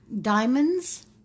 diamonds